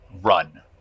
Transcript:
run